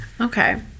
Okay